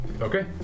Okay